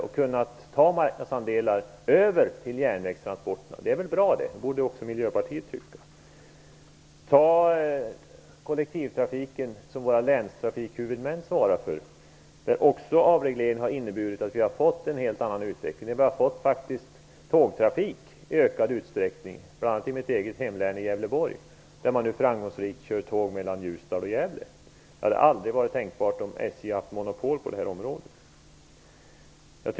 De har kunnat ta marknadsandelar över till järnvägstransporterna, och det är väl bra? Det borde också Miljöpartiet tycka. Det andra exemplet är den kollektivtrafik som stora länshuvudmän svarar för. Där har också avregleringen inneburit att vi har fått en helt annan utveckling. Vi har faktiskt fått tågtrafik i ökad utsträckning, bl.a. i mitt eget hemlän Gävleborg, där man nu framgångsrikt kör tåg mellan Ljusdal och Gävle. Det hade aldrig varit tänkbart om SJ haft monopol på det området.